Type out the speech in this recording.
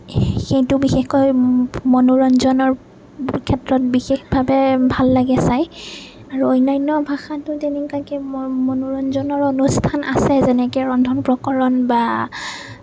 সেইটো বিশেষকৈ মনোৰঞ্জনৰ ক্ষেত্ৰত বিশেষভাৱে ভাল লাগে চাই আৰু অন্যান্য ভাষাতো তেনেকুৱাকৈ ম মনোৰঞ্জনৰ অনুষ্ঠান আছে যেনেকৈ ৰন্ধন প্ৰকৰণ বা